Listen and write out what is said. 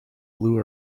blue